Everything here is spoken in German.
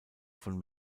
von